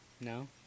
No